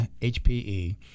HPE